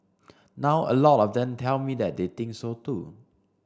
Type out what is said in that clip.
now a lot of them tell me that they think so too